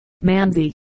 Manzi